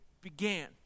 began